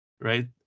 right